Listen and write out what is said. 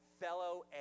fellow